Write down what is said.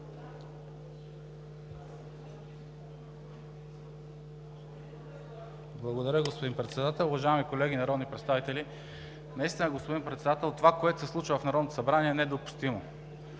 Благодаря, господин Председател. Уважаеми колеги народни представители! Господин Председател, наистина това, което се случва в Народното събрание, е недопустимо.